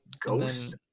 Ghost